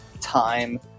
time